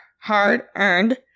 hard-earned